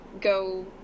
go